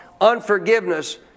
unforgiveness